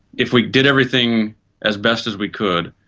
if we did everything as best as we could,